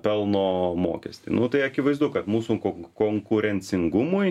pelno mokestį nu tai akivaizdu kad mūsų konkurencingumui